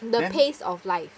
the pace of life